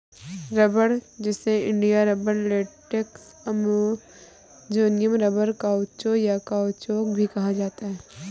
रबड़, जिसे India rubber, latex, Amazonian rubber, काउचो, या काउचौक भी कहा जाता है